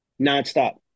nonstop